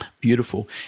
Beautiful